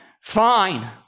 fine